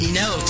no